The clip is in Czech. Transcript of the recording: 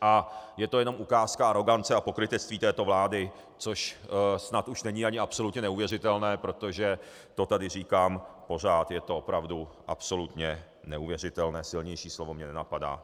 a je to jenom ukázka arogance a pokrytectví této vlády, což snad už není ani absolutně neuvěřitelné, protože to tady říkám pořád, je to opravdu absolutně neuvěřitelné, silnější slovo mě nenapadá.